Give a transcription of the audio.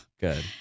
Good